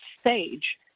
stage